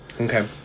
Okay